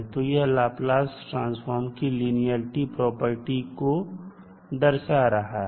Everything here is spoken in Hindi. तो यह लाप्लास ट्रांसफॉर्म की लिनियेरिटी प्रॉपर्टी को दर्शा रहा है